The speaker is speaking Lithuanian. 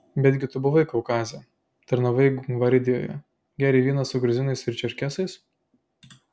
betgi tu buvai kaukaze tarnavai gvardijoje gėrei vyną su gruzinais ir čerkesais